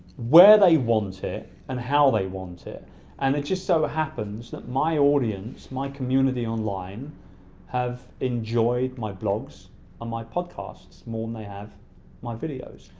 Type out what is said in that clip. where they want it and how they want it and it just so happens that my audience, my community online have enjoyed my blogs and um my podcasts more than they have my videos.